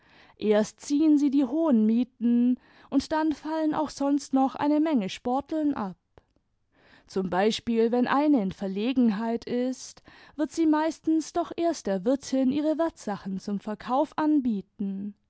erst ziehen sie die hohen mieten und dann fallen auch sonst noch eine menge sportein ab zum beispiel wenn eine in verlegenheit ist wird sie meistens doch erst der wirtin ihre wertsachen zum verkauf anbieten